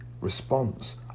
response